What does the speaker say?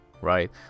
right